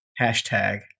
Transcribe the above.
Hashtag